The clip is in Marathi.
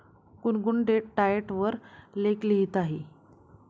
गुनगुन डेट डाएट वर लेख लिहित आहे